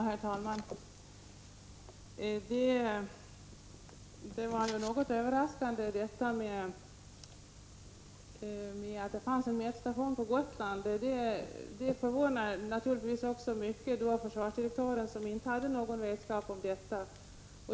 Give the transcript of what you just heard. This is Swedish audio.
Herr talman! Det var något överraskande att det finns en mätstation på Gotland. Det förvånar naturligtvis även försvarsdirektören mycket som inte hade någon vetskap om detta.